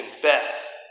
confess